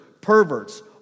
perverts